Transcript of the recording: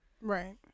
Right